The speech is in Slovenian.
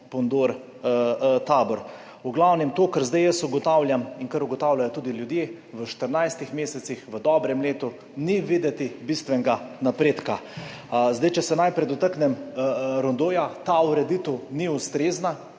Pondor–Tabor. V glavnem, to, kar zdaj jaz ugotavljam in kar ugotavljajo tudi ljudje, v 14 mesecih, v dobrem letu ni videti bistvenega napredka. Če se najprej dotaknem rondoja. Ta ureditev ni ustrezna,